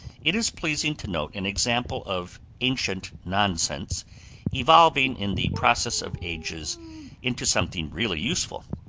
it is pleasing to note an example of ancient nonsense evolving in the process of ages into something really useful.